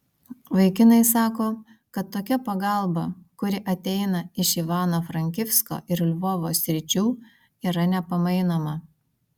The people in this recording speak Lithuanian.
vaikinai sako kad tokia pagalba kuri ateina iš ivano frankivsko ir lvovo sričių yra nepamainoma